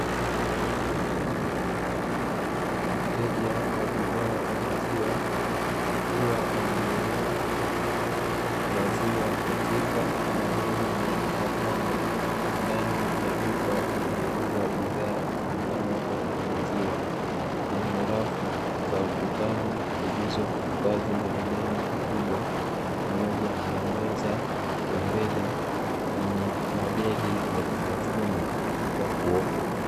Mteja wa bidhaa za maziwa akiwa ananunua maziwa katika galoni la lita tano, ndani ya duka linalouza bidhaa zitokanazo na maziwa, lenye rafu za ukutani zilizohifadhi magaloni makubwa pamoja na meza ya mbele yenye madeli ya vitafunwa vya kuokwa.